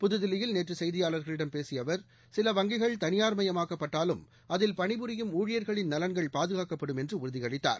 புதுில்லியில் நேற்றுசெய்தியாளர்களிடம் பேசியஅவர் சில வங்கிகள் தனியார் மயமாக்கப்பட்டாலும் அதில் பணிபுரியும் ஊழியர்களின் நலன்கள் பாதுகாக்கப்படும் என்றுஉறுதியளித்தார்